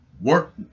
work